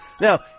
Now